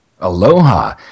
Aloha